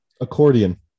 accordion